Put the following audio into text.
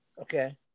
Okay